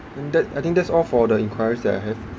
and that I think that's all for the inquiries that I have